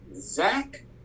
Zach